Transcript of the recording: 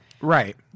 Right